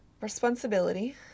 responsibility